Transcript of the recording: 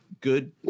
Good